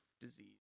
disease